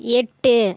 எட்டு